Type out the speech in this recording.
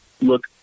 look